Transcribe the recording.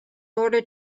order